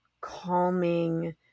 calming